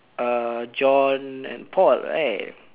uh John and Paul right